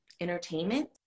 entertainment